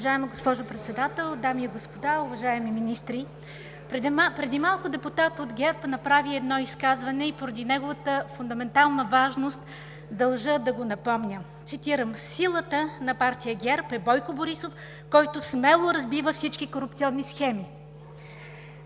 Уважаема госпожо Председател, дами и господа, уважаеми министри! Преди малко депутат от ГЕРБ направи едно изказване и поради неговата фундаментална важност, държа да го напомня, цитирам: „Силата на партия ГЕРБ е Бойко Борисов, който смело разбива всички корупционни схеми“.